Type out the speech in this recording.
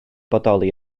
bodoli